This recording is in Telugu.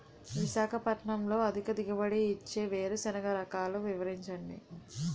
విశాఖపట్నంలో అధిక దిగుబడి ఇచ్చే వేరుసెనగ రకాలు వివరించండి?